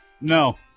No